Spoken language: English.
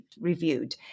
reviewed